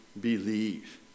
believe